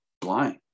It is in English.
blind